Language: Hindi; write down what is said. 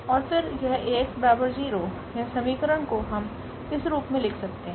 और फिर यहAx 0 यह समीकरण को हम इस रूप में लिख सकते हैं